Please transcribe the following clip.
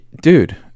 Dude